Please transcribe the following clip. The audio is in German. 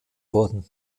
worden